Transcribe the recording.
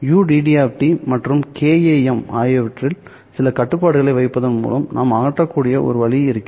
ud மற்றும் KAM ஆகியவற்றில் சில கட்டுப்பாடுகளை வைப்பதன் மூலம் நான் அகற்றக்கூடிய ஒரு வழி இருக்கிறது